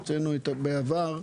בעבר,